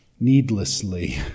Needlessly